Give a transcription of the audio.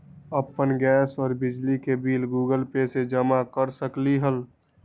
अपन गैस और बिजली के बिल गूगल पे से जमा कर सकलीहल?